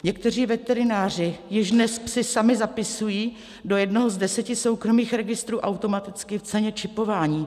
Někteří veterináři již dnes psy sami zapisují do jednoho z deseti soukromých registrů automaticky v ceně čipování.